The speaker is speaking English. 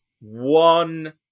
one